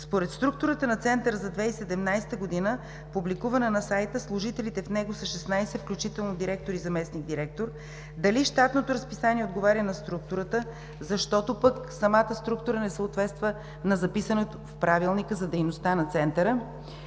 Според структурата на Центъра за 2017 г., публикувана на сайта, служителите в него са 16, включително директор и заместник-директор. Дали щатното разписание отговаря на структурата, защото пък самата структура не съответства на записаното в Правилника за дейността на Центъра